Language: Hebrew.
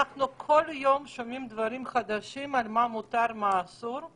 אנחנו כל יום שומעים דברים חדשים לגבי מה מותר ואסור,